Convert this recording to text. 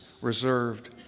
reserved